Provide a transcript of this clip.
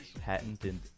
patented